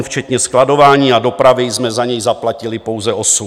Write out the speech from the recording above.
Včetně skladování a dopravy jsme za něj zaplatili pouze 8.